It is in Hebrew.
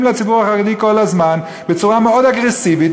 לציבור החרדי כל הזמן בצורה מאוד אגרסיבית,